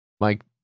Mike